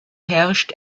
herrscht